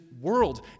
world